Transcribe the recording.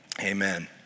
Amen